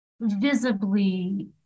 visibly